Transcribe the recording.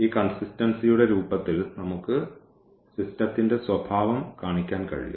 ഈ കോൺസിസ്റ്റൻസിയുടെ രൂപത്തിൽ നമുക്ക് സിസ്റ്റത്തിന്റെ സ്വഭാവം കാണിക്കാൻ കഴിയും